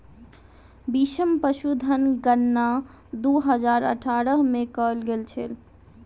बीसम पशुधन गणना दू हजार अठारह में कएल गेल छल